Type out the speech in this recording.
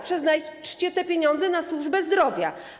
Przeznaczcie te pieniądze na służbę zdrowia!